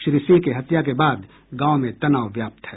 श्री सिंह की हत्या के बाद गांव में तनाव व्याप्त है